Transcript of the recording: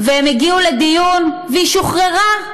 הם הגיעו לדיון והיא שוחררה.